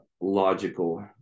logical